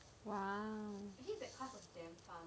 !wah!